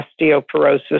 osteoporosis